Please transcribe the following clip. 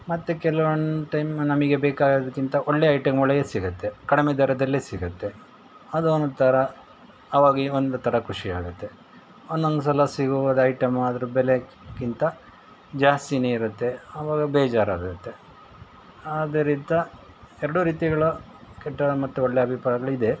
ಮತ್ತೆ ಕೆಲವೊಂದು ಟೈಮ್ ನಮಗೆ ಬೇಕಾದ್ದಕ್ಕಿಂತ ಒಳ್ಳೆಯ ಐಟಮ್ಗಳೇ ಸಿಗುತ್ತೆ ಕಡಿಮೆ ದರದಲ್ಲೇ ಸಿಗುತ್ತೆ ಅದು ಒಂಥರ ಆವಾಗ ಈ ಒಂದು ಥರ ಖುಷಿ ಆಗುತ್ತೆ ಒಂದೊಂದು ಸಲ ಸಿಗುವುದು ಐಟಮ್ ಅದರ ಬೆಲೆಕ್ಕಿಂತ ಜಾಸ್ತಿನೇ ಇರುತ್ತೆ ಆವಾಗ ಬೇಜಾರು ಆಗುತ್ತೆ ಆದ್ದರಿಂದ ಎರಡೂ ರೀತಿಗಳ ಕೆಟ್ಟ ಮತ್ತು ಒಳ್ಳೆಯ ಅಭಿಪ್ರಾಯಗಳು ಇದೆ